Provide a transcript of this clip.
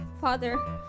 father